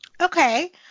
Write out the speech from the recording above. Okay